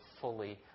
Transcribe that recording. fully